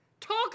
talk